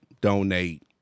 donate